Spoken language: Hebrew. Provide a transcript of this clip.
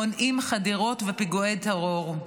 מונעים חדירות ופיגועי טרור.